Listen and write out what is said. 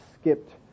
skipped